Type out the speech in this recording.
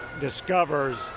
discovers